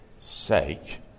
sake